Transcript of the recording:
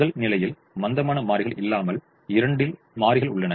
முதல்நிலையில் மந்தமான மாறிகள் இல்லாமல் இரண்டு மாறிகள் உள்ளன